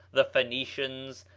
the phoenicians,